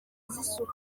z’isuku